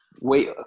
wait